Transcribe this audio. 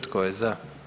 Tko je za?